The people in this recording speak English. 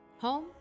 home